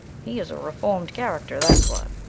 he is a reformed character, that's what.